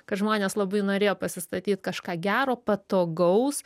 kad žmonės labai norėjo pasistatyt kažką gero patogaus